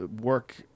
work